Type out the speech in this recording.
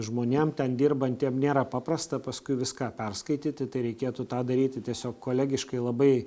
žmonėm ten dirbantiem nėra paprasta paskui viską perskaityti tai reikėtų tą daryti tiesiog kolegiškai labai